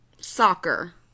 Soccer